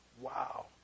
Wow